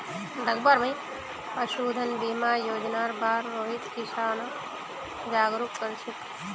पशुधन बीमा योजनार बार रोहित किसानक जागरूक कर छेक